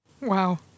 Wow